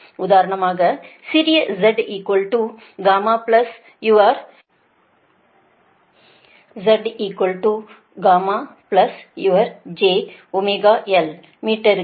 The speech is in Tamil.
உதாரணமாக சிறிய z γyour jωLΩமீட்டருக்கு